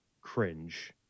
cringe